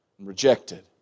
rejected